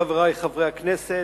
חברי חברי הכנסת,